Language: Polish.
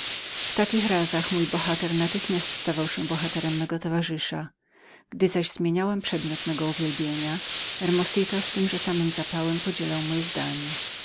w takich razach mój bohater natychmiast stawał się bohaterem mego towarzysza gdy zaś zmieniałam przedmiot mego uwielbienia hermosito z tymże samym zapałem podzielał moje zdanie